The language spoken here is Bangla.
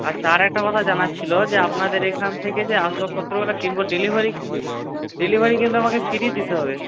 আচ্ছা আর একটা কথা জানার ছিল যে আপনাদের এখান থেকে যে আসবাবপত্রগুলো কিনবো ডেলিভারি ডেলিভারি কিন্তু আমাকে ফ্রি দিতে হবে